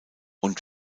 und